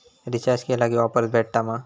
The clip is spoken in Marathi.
रिचार्ज केला की ऑफर्स भेटात मा?